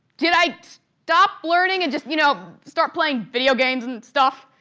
did i stop learning and just, you know, start playing video games and stuff?